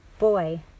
Boy